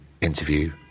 interview